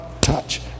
touch